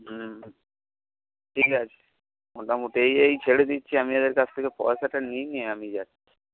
হুম হুম ঠিক আছে মোটামুটি এই এই ছেড়ে দিচ্ছি আমি এদের কাছ থেকে পয়সাটা নিয়ে নিয়ে আমি যাচ্ছি